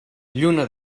lluna